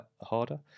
harder